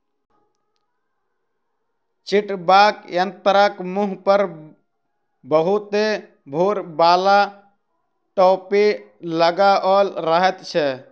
छिटबाक यंत्रक मुँह पर बहुते भूर बाला टोपी लगाओल रहैत छै